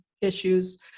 issues